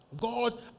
God